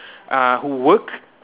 uh who work